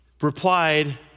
replied